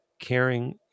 caring